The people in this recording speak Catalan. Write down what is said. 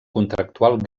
contractual